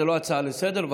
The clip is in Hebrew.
זאת לא הצעה לסדר.